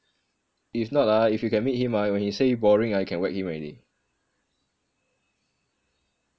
if not ah if you can meet him ah when he say boring ah you can whack him already